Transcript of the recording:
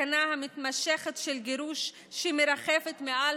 בסכנה המתמשכת של גירוש שמרחפת מעל